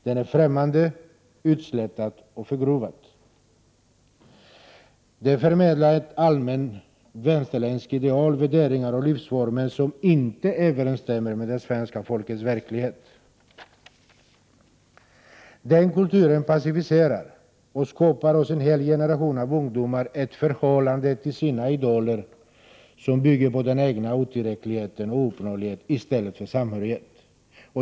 Den är främmande, utslätad och förgrovad. Den förmedlar ett allmänt västerländskt ideal — värderingar och livsformer som inte överensstämmer med det svenska folkets verklighet. Den kulturen passiviserar och skapar hos en hel generation av ungdomar ett förhållande till sina idoler som bygger på den egna otillräckligheten och på ouppnåelighet i stället för samhörighet.